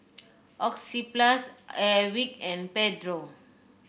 Oxyplus Airwick and Pedro